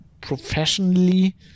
professionally